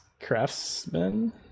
Craftsman